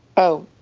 oh,